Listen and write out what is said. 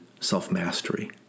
self-mastery